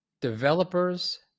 Developers